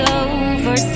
over